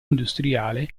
industriale